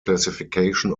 classification